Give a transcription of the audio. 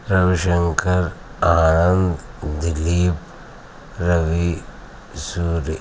Ravishankar Arun Dilip Ravi Suri